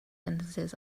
sentences